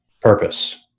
Purpose